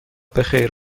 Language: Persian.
بخیر